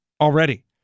already